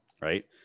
right